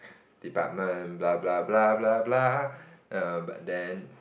department blah blah blah blah blah err but then